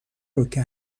روکه